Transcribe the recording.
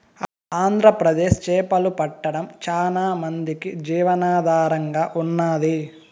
ఆంధ్రప్రదేశ్ చేపలు పట్టడం చానా మందికి జీవనాధారంగా ఉన్నాది